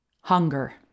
Hunger